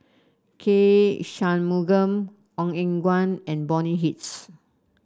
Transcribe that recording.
K Shanmugam Ong Eng Guan and Bonny Hicks